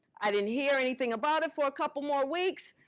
i didn't hear anything about it for a couple more weeks.